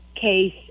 case